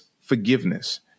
forgiveness